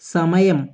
സമയം